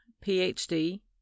Ph.D